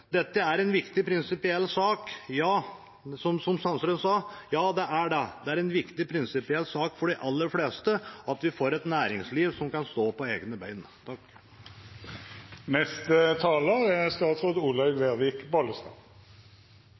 Dette er en viktig prinsipiell sak, som Sandtrøen sa. Ja, det er det. Det er en viktig prinsipiell sak for de aller fleste at vi får et næringsliv som kan stå på egne ben. Statens begrunnelse for eierskapet i Statskog SF er